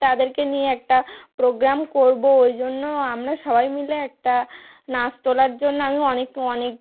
তাদেরকে নিয়ে একটা প্রোগ্রাম করব ওই জন্য আমরা সবাই মিলে একটা নাচ তোলার জন্য আমি অনেক